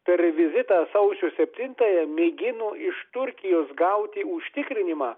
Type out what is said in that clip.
per vizitą sausio septintąją mėgino iš turkijos gauti užtikrinimą